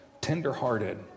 tenderhearted